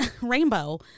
rainbow